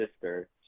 sister